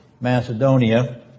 Macedonia